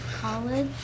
college